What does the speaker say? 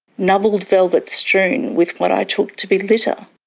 nubbled velvet strewnwith what i took to be litter,